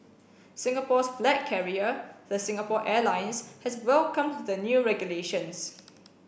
Singapore's flag carrier the Singapore Airlines has welcomed the new regulations